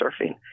surfing